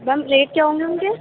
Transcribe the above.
میم rate کیا ہوں گے اُن کے